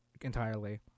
entirely